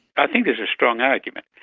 i think there's a strong argument.